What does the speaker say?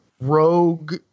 rogue